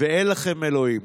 ואין לכם אלוהים.